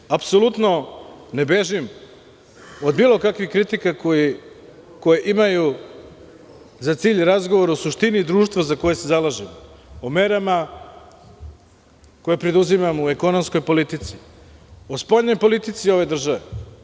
Još jednom, apsolutno ne bežim od bilo kakve kritike koja ima za cilj razgovor o suštini društva za koje se zalažu, o merama koje preduzimamo u ekonomskoj politici, o spoljnoj politici ove države.